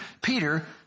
Peter